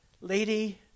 Lady